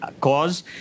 cause